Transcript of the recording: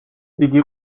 იგი